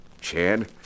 Chad